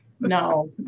No